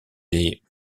des